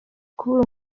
kubura